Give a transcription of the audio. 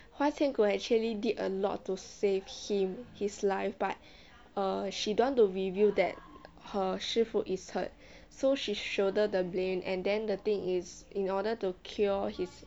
花千骨 actually did a lot to save him his life but err she don't want to reveal that her 师父 is hurt so she shoulder the blame and then the thing is in order to cure his